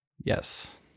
yes